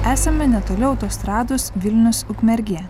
esame netoli autostrados vilnius ukmergė